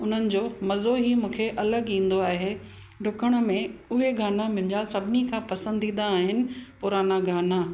उन्हनि जो मज़ो ई मूंखे अलॻि ईंदो आहे डुकण में उहे गाना मुंहिंजा सभिनी खां पसंदीदा आहिनि पुराणा गाना